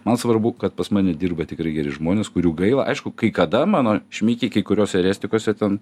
man svarbu kad pas mane dirba tikrai geri žmonės kurių gaila aišku kai kada mano šmikiai kai kuriuos eretikus jie ten